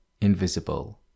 Invisible